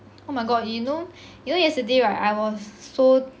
oh my god you know you know yesterday right I was so